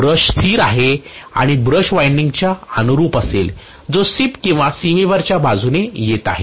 brush स्थिर आहे आणि ब्रश वायंडिंग्स च्या अनुरुप आहे जो सीप किंवा सीमेवरच्या बाजूने येत आहे